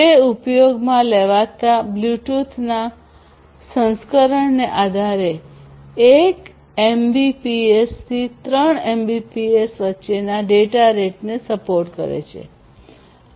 તે ઉપયોગમાં લેવાતા બ્લૂટૂથના સંસ્કરણને આધારે 1 એમબીપીએસથી 3 એમબીપીએસ વચ્ચેના ડેટા રેટને સપોર્ટ કરે છે